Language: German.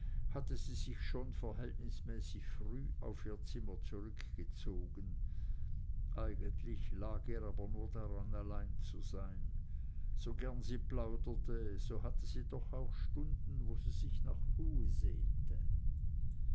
hatte sie sich schon verhältnismäßig früh auf ihr zimmer zurückgezogen eigentlich lag ihr aber nur daran allein zu sein so gern sie plauderte so hatte sie doch auch stunden wo sie sich nach ruhe sehnte